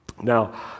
Now